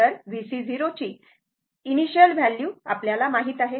तर VC 0 ची initial value माहित आहे